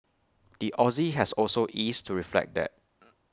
the Aussie has also eased to reflect that